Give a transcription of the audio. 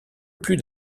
plus